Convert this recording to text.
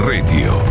Radio